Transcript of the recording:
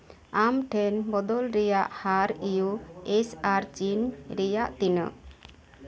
ᱟᱢᱴᱷᱮᱱ ᱵᱚᱫᱚᱞ ᱨᱮᱭᱟᱜ ᱦᱟᱨ ᱤᱭᱩ ᱮᱥ ᱟᱨ ᱪᱤᱱ ᱨᱮᱭᱟᱜ ᱛᱤᱱᱟᱹᱜ